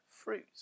fruit